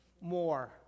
more